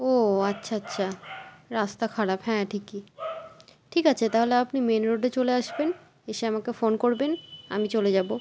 ও আচ্ছা আচ্ছা রাস্তা খারাপ হ্যাঁ ঠিকই ঠিক আছে তাহলে আপনি মেন রোডে চলে আসবেন এসে আমাকে ফোন করবেন আমি চলে যাবো